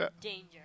danger